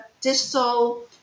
distal